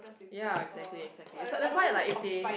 ya exactly exactly so that's why like if they